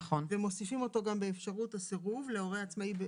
ומוסיפים אותו גם באפשרות הסירוב להורה עצמאי,